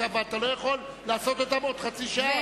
אבל אתה לא יכול להפוך אותן לחצי שעה,